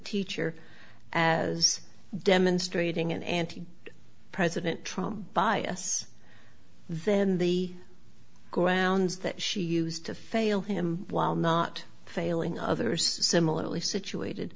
teacher as demonstrating an anti president trump bias then the grounds that she used to fail him while not failing others similarly situated